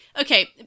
okay